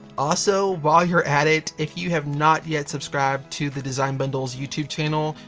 also while you're at it, if you have not yet subscribed to the design bundles youtube channel,